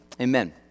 Amen